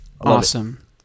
awesome